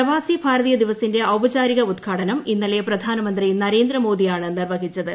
പ്രവാസി ഭാരതീയ ദിവസിന്റെ ഔപചാരിക ഉദ്ഘാടനം രണ്ടാം ദിവസമായ ഇന്നലെ പ്രധാനമന്ത്രി നരേന്ദ്രമോദിയാണ് നിർവഹിച്ചത്